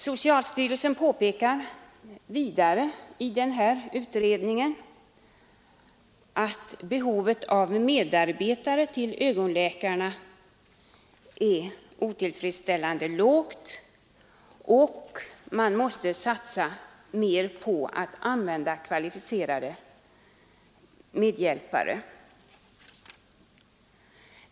Socialstyrelsen påpekar vidare i den här utredningen att behovet av medarbetare till ögonläkarna satts otillfredsställande lågt. Man måste satsa mer på att använda kvalificerade medhjälpare.